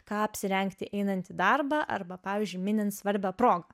ką apsirengti einant į darbą arba pavyzdžiui minint svarbią progą